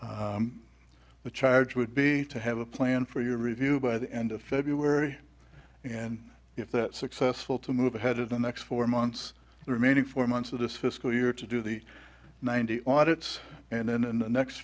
planner the charge would be to have a plan for your review by the end of february and if that successful to move ahead in the next four months the remaining four months of this fiscal year to do the ninety audits and then in the next